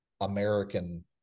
American